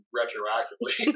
retroactively